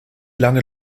lange